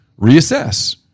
reassess